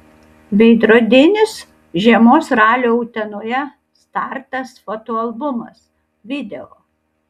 veidrodinis žiemos ralio utenoje startas fotoalbumas video